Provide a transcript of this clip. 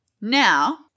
Now